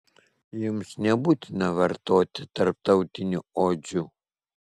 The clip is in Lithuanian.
jums nebūtina vartoti tarptautinių odžių